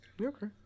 Okay